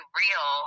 real